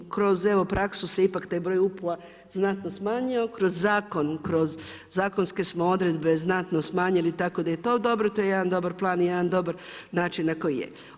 Kroz evo praksu se ipak taj broj UPU-a znatno smanjio, kroz zakon, kroz zakonske smo odredbe znatno smanjili, tako da je to dobro, to je jedan dobar plan i jedan dobar način na koji je.